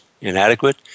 inadequate